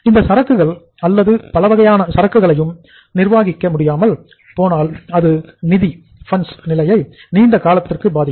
இந்த சரக்குகள் அல்லது பலவகையான சரக்குகளையும் நிர்வகிக்க முடியாமல் போனால் அது நிதி நிலையை நீண்ட காலத்திற்கு பாதிக்கும்